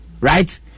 right